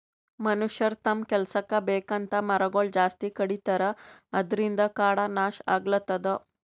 ಮನಷ್ಯರ್ ತಮ್ಮ್ ಕೆಲಸಕ್ಕ್ ಬೇಕಂತ್ ಮರಗೊಳ್ ಜಾಸ್ತಿ ಕಡಿತಾರ ಅದ್ರಿನ್ದ್ ಕಾಡ್ ನಾಶ್ ಆಗ್ಲತದ್